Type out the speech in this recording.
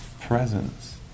presence